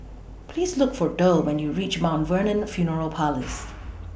Please Look For Derl when YOU REACH Mt Vernon Funeral Parlours